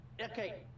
Okay